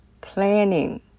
planning